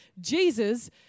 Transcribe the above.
Jesus